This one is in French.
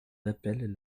appelle